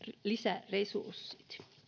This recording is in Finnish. lisäresurssit